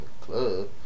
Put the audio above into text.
club